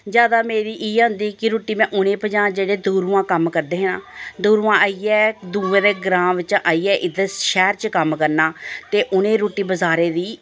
जैदा मेरी इ'यै होंदी कि रुट्टी में उ'नें ई पजांऽ जेह्ड़े दूरूं दा कम्म करदे हे नां दूरूं दा आइयै दूएं दे ग्रांऽ बिच्चा आइयै इत्थै शैहर च कम्म करना ते उ'नें ई रुट्टी बजारे दी